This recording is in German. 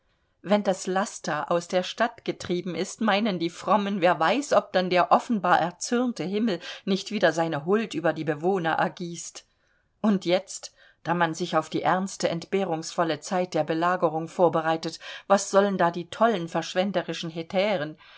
wenn das laster aus der stadt getrieben ist meinen die frommen wer weiß ob dann der offenbar erzürnte himmel nicht wieder seine huld über die bewohner ergießt und jetzt da man sich auf die ernste entbehrungsvolle zeit der belagerung vorbereitet was sollen da die tollen verschwenderischen